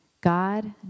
God